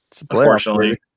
unfortunately